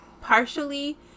Partially